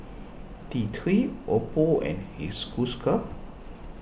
T three Oppo and he school scar